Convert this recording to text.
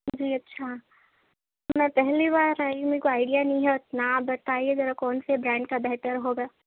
جی اچھا میں پہلی بار آئی ہوں میرے کو آئیڈیا نہیں ہے اتنا آپ بتائیے ذرا کون سے برانڈ کا بہتر ہوگا